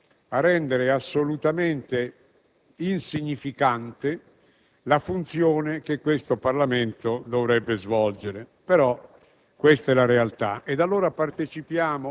continuando ancora una volta a rendere assolutamente insignificante la funzione che questo Parlamento dovrebbe svolgere.